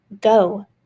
go